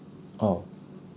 oh